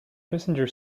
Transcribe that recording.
passenger